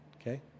okay